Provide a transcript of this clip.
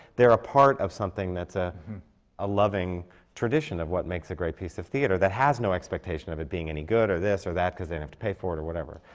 they're a part of something that's ah a loving tradition of what makes a great piece of theatre, that has no expectation of it being any good or this or that, cause they didn't have to pay for it or whatever.